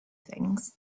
things